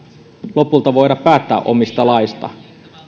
lopulta voida päättää omista laeista